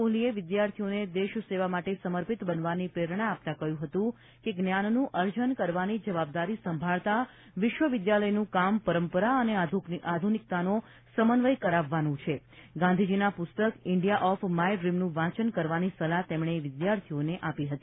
કોહલીએ વિદ્યાર્થીઓને દેશ સેવા માટે સમર્પિત બનવાની પ્રેરણા આપતા કહ્યું હતું કે જ્ઞાનનું અર્જન કરવાની જવાબદારી સંભાળતા વિશ્વ વિદ્યાલયનું કામ પરંપરા અને આધુનિકતાનો સમન્વય કરાવવાનું છે ગાંધીજીના પુસ્તક ઇન્ડિયા ઓફ માય ડ્રીમનું વાંચન કરવાની સલાહ તેમણે વિદ્યાર્થીઓને આપી હતી